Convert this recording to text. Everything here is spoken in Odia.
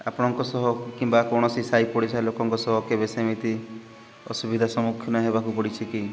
ଆପଣଙ୍କ ସହ କିମ୍ବା କୌଣସି ସାହି ପଡ଼ିଶା ଲୋକଙ୍କ ସହ କେବେ ସେମିତି ଅସୁବିଧା ସମ୍ମୁଖୀନ ହେବାକୁ ପଡ଼ିଛି କି